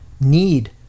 need